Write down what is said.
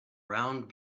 round